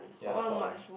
ya the hot one